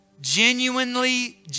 Genuinely